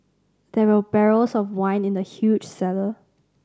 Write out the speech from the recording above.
there were barrels of wine in the huge cellar